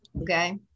Okay